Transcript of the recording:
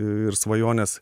ir svajones